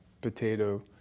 potato